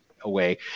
away